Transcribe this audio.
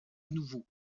nouveau